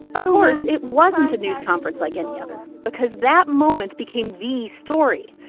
of course, it wasn't a news conference like any other because that moment became the story.